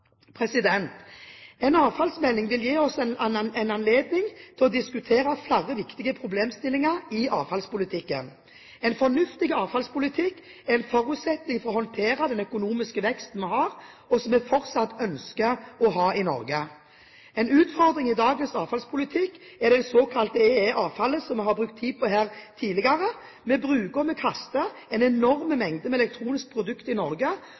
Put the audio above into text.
En avfallsmelding vil gi oss en anledning til å diskutere flere viktige problemstillinger i avfallspolitikken. En fornuftig avfallspolitikk er en forutsetning for å håndtere den økonomiske veksten vi har, og som vi fortsatt ønsker å ha i Norge. En utfordring i dagens avfallspolitikk er det såkalte EE-avfallet, som vi har brukt tid på her tidligere. Vi bruker og kaster en enorm mengde med elektroniske produkter i Norge.